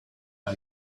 are